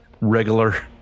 Regular